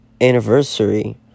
anniversary